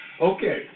Okay